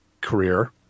career